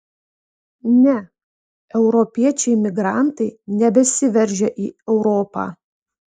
ne europiečiai imigrantai nebesiveržia į europą